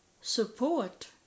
support